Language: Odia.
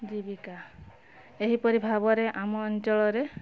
ଜୀବିକା ଏହିପରି ଭାବରେ ଆମ ଅଞ୍ଚଳରେ